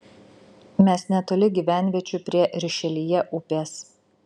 mes netoli gyvenviečių prie rišeljė upės